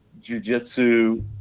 jujitsu